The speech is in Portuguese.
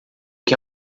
que